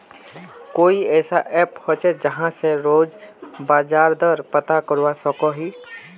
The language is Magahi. कोई ऐसा ऐप होचे जहा से रोज बाजार दर पता करवा सकोहो ही?